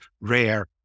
rare